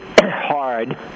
hard